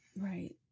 Right